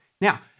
Now